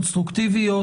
קונסטרוקטיביות.